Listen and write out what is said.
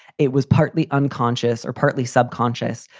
it was partly unconscious or partly subconscious.